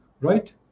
right